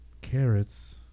carrots